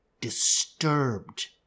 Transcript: disturbed